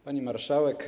Pani Marszałek!